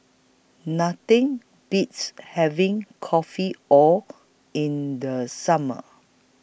Nothing Beats having Kopi O in The Summer